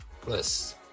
plus